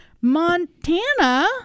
Montana